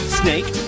snake